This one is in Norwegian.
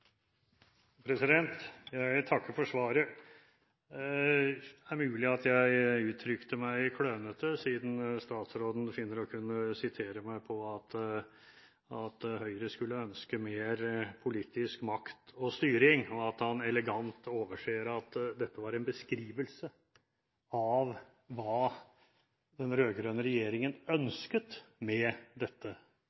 mulig at jeg uttrykte meg klønete siden statsråden finner å kunne sitere meg på at Høyre skulle ønske mer politisk makt og styring, og at han elegant overser at dette var en beskrivelse av hva den rød-grønne regjeringen